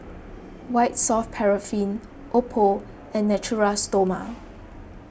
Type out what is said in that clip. White Soft Paraffin Oppo and Natura Stoma